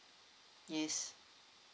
yes